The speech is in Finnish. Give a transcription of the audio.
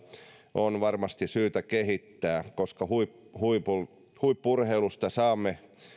on varmasti syytä kehittää koska huippu urheilusta saamme